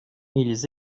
ils